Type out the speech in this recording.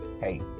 Hey